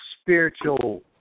spiritual